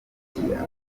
mukobwa